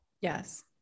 Yes